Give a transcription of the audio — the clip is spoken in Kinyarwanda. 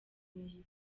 imihigo